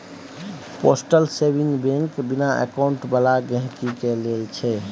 postal saving bank बिना account बला गहिंकी लेल छै